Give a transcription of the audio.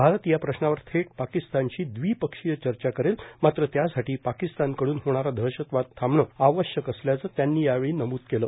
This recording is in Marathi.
भारत या प्रश्नावर थेट पाकिस्तानश्री द्विपक्षीय चर्चा करेल मात्र त्यासाठी पाकिस्तानकडून झेणारा दहशतवाद थांबणं आवश्यक असल्याचं त्यांनी यावेळी नमूद केलं